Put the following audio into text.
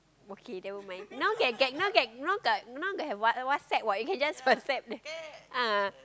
okay never mind now can get now get now got now got WhatsApp what you can just WhatsApp there ah